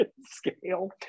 scale